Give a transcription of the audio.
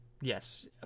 Yes